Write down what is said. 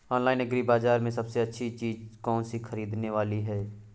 Online agri बाजार में सबसे अच्छी चीज कौन सी ख़रीदने वाली है?